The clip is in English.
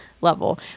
level